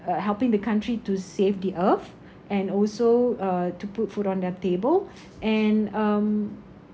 uh helping the country to save the earth and also uh to put food on their table and um